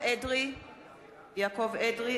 (קוראת בשמות חברי הכנסת) יעקב אדרי,